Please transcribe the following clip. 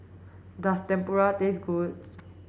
does Tempura taste good